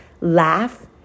Laugh